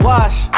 Wash